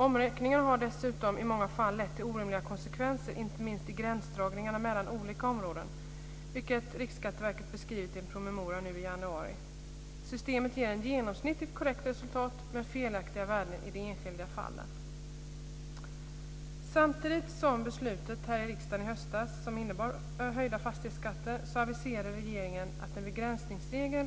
Omräkningen har dessutom i många fall lett till orimliga konsekvenser, inte minst vad gäller gränsdragningarna mellan olika områdena, vilket Riksskatteverket beskrivit i en promemoria i januari i år. Systemet ger ett genomsnittligt korrekt resultat, men felaktiga värden i de enskilda fallen. Samtidigt som beslutet fattades här i riksdagen i höstas som innebar höjda fastighetsskatter aviserade regeringen att en begränsningsregel